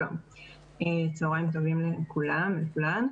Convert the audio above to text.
צוהריים טובים לכולם ולכולן.